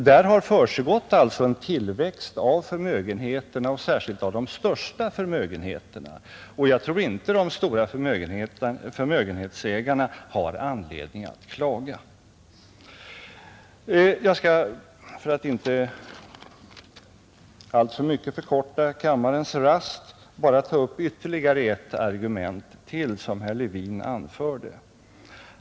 Där har alltså försiggått en tillväxt av förmögenheterna, särskilt av de största, och jag tror inte de stora förmögenhetsägarna har anledning att klaga. Jag skall för att inte alltför mycket förkorta kammarens rast bara ta upp ytterligare ett argument som herr Levin anförde.